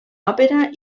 òpera